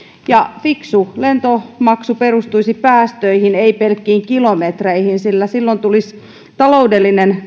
fiksu lentomaksu perustuisi päästöihin ei pelkkiin kilometreihin sillä silloin tulisi taloudellinen